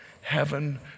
heaven